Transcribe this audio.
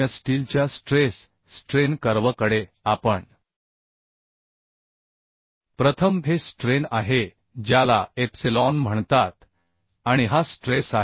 आता आपण stress strain curve कडे येऊ तर सौम्य स्टीलच्या स्ट्रेस स्ट्रेन कर्व कडे आपण प्रथम हे स्ट्रेन आहे ज्याला एप्सिलॉन म्हणतात आणि हा स्ट्रेस आहे